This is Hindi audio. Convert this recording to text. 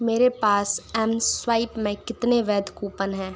मेरे पास एम स्वाइप में कितने वैध कूपन हैं